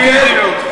מכתיבים.